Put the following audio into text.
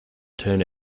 turned